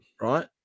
Right